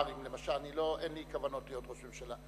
אין לי כוונות להיות ראש ממשלה,